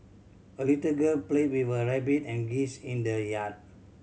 a little girl played with her rabbit and geese in the yard